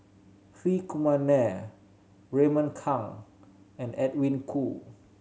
Hri Kumar Nair Raymond Kang and Edwin Koo